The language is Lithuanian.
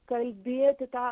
kalbėti tą